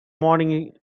morning